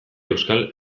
euskal